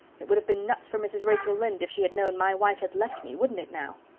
it would have been nuts for mrs. rachel lynde if she had known my wife had left me, wouldn't it now?